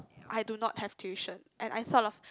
I do not have tuition and I sort of